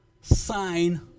sign